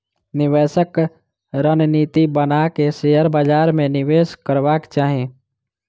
निवेशक रणनीति बना के शेयर बाजार में निवेश करबाक चाही